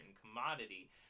commodity